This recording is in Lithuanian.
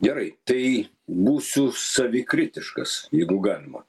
gerai tai būsiu savikritiškas jeigu galima